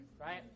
right